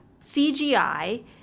CGI